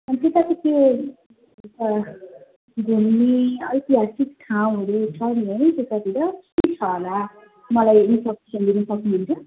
अनि त्यता चाहिँ त्यो घुम्ने ऐतिहासिक ठाउँहरू छ नि है त्यतातिर के छ होला मलाई दिनु सक्नुहुन्छ